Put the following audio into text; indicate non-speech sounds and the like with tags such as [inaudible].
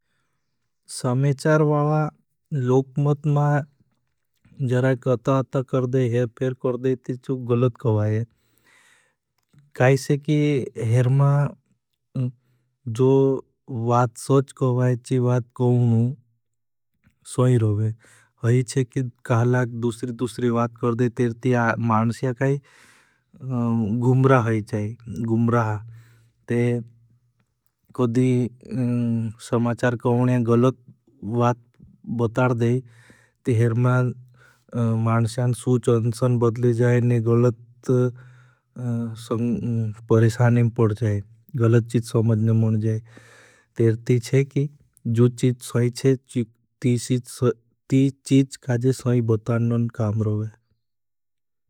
समेचार वाला लोगमत मा जराय कता अता करदे, हेर पेर करदे, ती चूग गलत करवा है। काईसे की हेर मा जो वात सौच करवा है, ची वात करवा हूँ, सौइर होगे। है छे कि काहला दूसरी दूसरी वात करदे, तेर ती मानस्या काई गुम्रा है चाई। गुम्रा है। ते कदी समाचार [hesitation] कहोने गलत वात बतार दे। ते हेर मा मानस्यान सूच अंसन बदले जाए, ने गलत [hesitation] परिशानें पड़ जाए। गलत चीज समझन मन जाए। तेर ती [hesitation] छे कि जो चीज समय चे, ती चीज काजे समय बतारनें काम रोगे।